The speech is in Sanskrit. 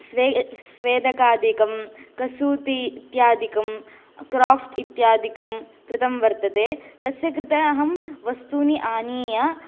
स्वे स्वेदकादिकं कसूति इत्यादिकं क्राफ्ट् इत्यादिकं कृतं वर्तते तस्य कृते अहं वस्तूनि आनीय